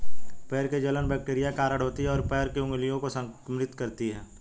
पैर की जलन बैक्टीरिया के कारण होती है, और पैर की उंगलियों को संक्रमित करती है